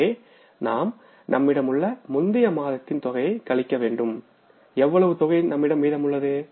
எனவே நாம் நம்மிடம் உள்ள முந்திய மாதத்தின் தொகையை கழிக்கவேண்டும் எவ்வளவு தொகை நம்மிடம் மீதம் உள்ளது